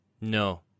No